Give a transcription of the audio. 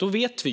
Vi vet